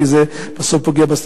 כי בסוף זה פוגע בסטודנטים.